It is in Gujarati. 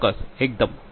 ચોક્કસએકદમ